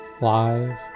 Live